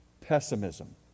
Pessimism